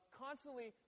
constantly